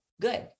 good